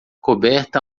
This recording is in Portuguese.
coberta